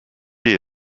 est